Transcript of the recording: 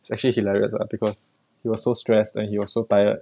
it is actually hilarious because he was so stressed and he was so tired